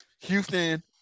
houston